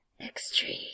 Extreme